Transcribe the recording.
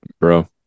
bro